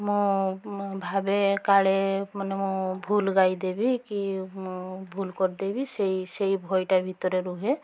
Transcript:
ମୁଁ ଭାବେ କାଳେ ମାନେ ମୁଁ ଭୁଲ୍ ଗାଇଦେବି କି ମୁଁ ଭୁଲ୍ କରିଦେବି ସେଇ ସେଇ ଭୟଟା ଭିତରେ ରୁହେ